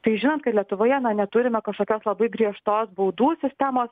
tai žinant kad lietuvoje na neturime kažkokios labai griežtos baudų sistemos